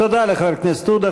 תודה לחבר הכנסת עודה.